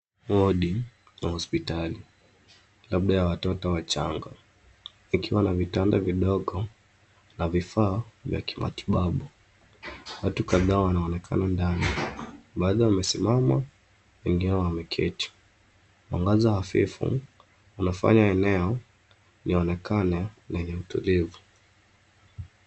Wodi wa hospitali, labda ya watoto wachanga, ikiwa na vitanda vidogo na vifaa vya kimatibabu. Watu kadhaa wanaonekana ndani, baadhi wamesimama, wengine wameketi. Mwangaza hafifu unafanya eneo lionekane lenye utulivu.